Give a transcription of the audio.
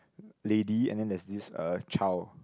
lady and then there's this uh child